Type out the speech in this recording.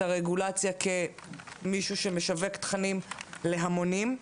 הרגולציה כמישהו שמשווק תכנים להמונים,